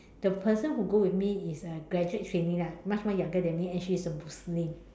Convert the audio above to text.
the person who go with me is a graduate trainee lah much more younger than me and she is a Muslim